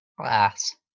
Class